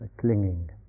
clinging